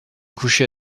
coucher